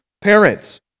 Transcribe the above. parents